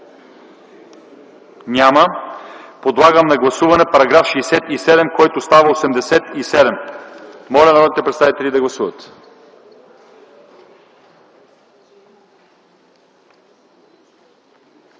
Няма. Подлагам на гласуване § 60, който става § 80. Моля, народните представители да гласуват.